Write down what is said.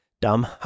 dumb